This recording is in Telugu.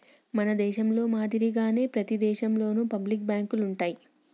మన దేశంలో మాదిరిగానే ప్రతి దేశంలోను పబ్లిక్ బాంకులు ఉంటాయి